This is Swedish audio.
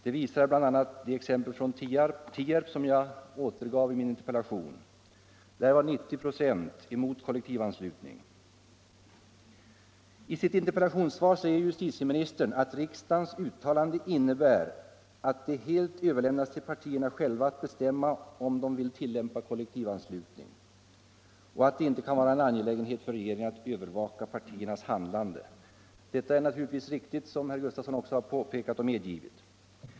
Det visar bl.a. det exempel från Tierp som jag återgav i min interpellation. Där var 90 96 emot kollektivanslutning. I sitt interpellationssvar säger justitieministern att riksdagens uttalanden innebär att det helt överlämnas till partierna själva att bestämma om de vill tillämpa kollektivanslutning och att det inte kan vara en angelägenhet för regeringen att övervaka partiernas handlande. Detta är naturligtvis riktigt, som herr Gustavsson i Alvesta också har medgivit.